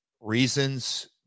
reasons